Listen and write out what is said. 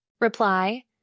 Reply